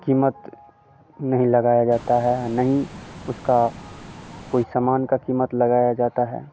किमत नहीं लगाया जाता है न ही उसका कोई सामान की कीमत लगाया जाता है